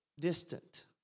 distant